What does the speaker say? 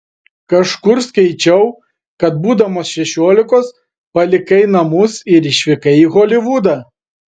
kažkur skaičiau kad būdamas šešiolikos palikai namus ir išvykai į holivudą